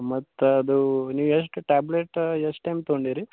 ಮತ್ತೆ ಅದು ನೀವು ಎಷ್ಟು ಟ್ಯಾಬ್ಲೆಟ ಎಷ್ಟು ಟೈಮ್ ತೊಗೊಂಡಿರಿ